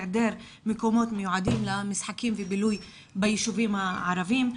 היעדר מקומות מיועדים למשחקים ולבילוי ביישובים הערביים,